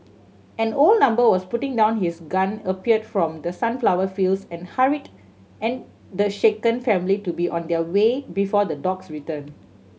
an old number was putting down his gun appeared from the sunflower fields and hurried and the shaken family to be on their way before the dogs return